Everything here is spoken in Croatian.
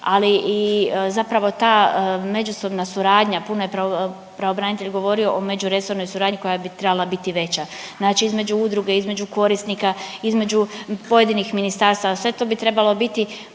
ali i zapravo ta međusobna suradnja, puno je pravobranitelj govorio o međuresornoj suradnji koja bi trebala biti veća. Znači između udruge, između korisnika, između pojedinih ministarstava. Sve to bi trebalo biti